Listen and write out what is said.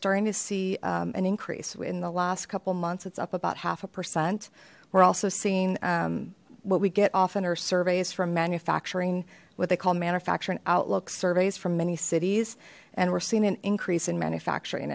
starting to see an increase in the last couple months it's up about half a percent we're also seeing what we get often are surveys from manufacturing what they call manufacturing outlook surveys from many cities and we're seeing an increase in manufacturing